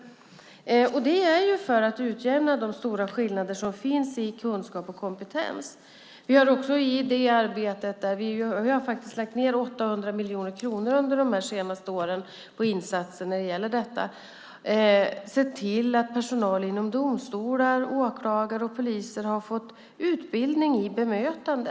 Det har vi gjort för att utjämna de stora skillnader som finns i kunskap och kompetens. I det arbetet har vi också sett till att personal inom domstolar, åklagare och poliser har fått utbildning i bemötande. Vi har faktiskt lagt ned 800 miljoner kronor under de senaste åren på de insatserna.